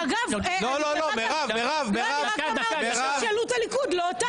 אגב, אני רק אמרתי שישאלו את הליכוד, לא אותנו.